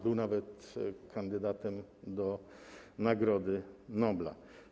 Był nawet kandydatem do Nagrody Nobla.